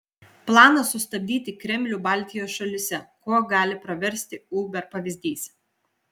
planas sustabdyti kremlių baltijos šalyse kuo gali praversti uber pavyzdys